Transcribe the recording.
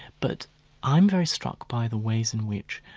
but i'm very struck by the ways in which,